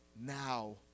now